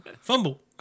Fumble